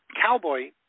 cowboy